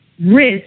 risk